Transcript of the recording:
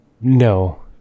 no